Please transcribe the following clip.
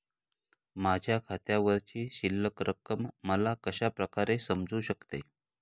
माझ्या खात्यावरची शिल्लक रक्कम मला कशा प्रकारे समजू शकते?